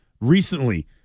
recently